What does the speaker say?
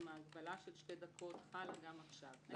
אם ההגבלה של שתי דקות חלה גם עכשיו.